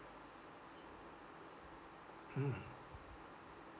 mm